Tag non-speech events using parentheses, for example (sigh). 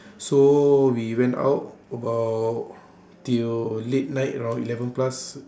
(breath) so we went out about till late night around eleven plus